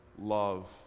love